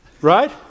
Right